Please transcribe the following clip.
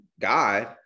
God